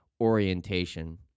orientation